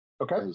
Okay